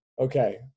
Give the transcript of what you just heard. okay